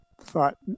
thought